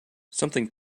something